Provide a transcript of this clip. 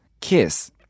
Kiss